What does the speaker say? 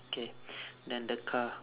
okay then the car